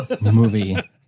movie